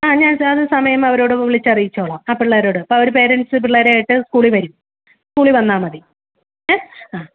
ആ ഞാൻ സമയം അവരോട് വിളിച്ചറിയിച്ചോളാം ആ പിള്ളാരോട് അപ്പോൾ അവർ പരെൻറ്റ്സ് പിള്ളേരായിട്ട് സ്കൂളിൽ വരും സ്കൂളിൽ വന്നാൽ മതി ഏ ആ